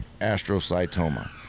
astrocytoma